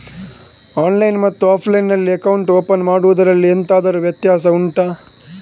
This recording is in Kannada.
ಆನ್ಲೈನ್ ಮತ್ತು ಆಫ್ಲೈನ್ ನಲ್ಲಿ ಅಕೌಂಟ್ ಓಪನ್ ಮಾಡುವುದರಲ್ಲಿ ಎಂತಾದರು ವ್ಯತ್ಯಾಸ ಉಂಟಾ